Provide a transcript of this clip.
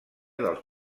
dels